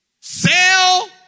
Sell